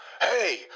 Hey